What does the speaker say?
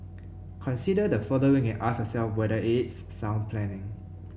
consider the following and ask yourself whether it's sound planning